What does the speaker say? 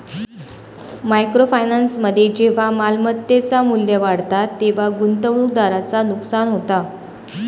micro फायनान्समध्ये जेव्हा मालमत्तेचा मू्ल्य वाढता तेव्हा गुंतवणूकदाराचा नुकसान होता